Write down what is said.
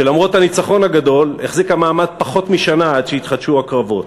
שלמרות הניצחון הגדול החזיקה מעמד פחות משנה עד שהתחדשו הקרבות.